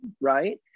right